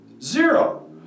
zero